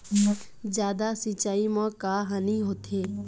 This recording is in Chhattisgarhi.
जादा सिचाई म का हानी होथे?